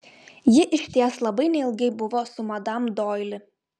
ji išties labai neilgai buvo su madam doili